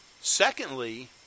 Secondly